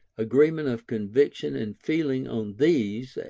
agreement of conviction and feeling on these,